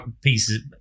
pieces